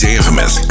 Infamous